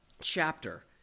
chapter